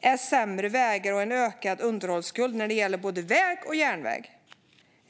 är sämre vägar och en ökad underhållsskuld när det gäller både väg och järnväg.